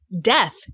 death